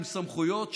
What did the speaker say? עם סמכויות,